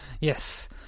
Yes